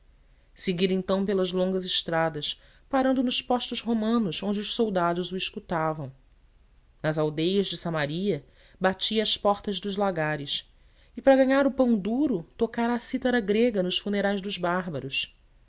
seguira então pelas longas estradas parando nos postos romanos onde os soldados o escutavam nas aldeias de samaria batia às portas dos lagares e para ganhar o pão duro tocara a citara grega nos funerais dos bárbaros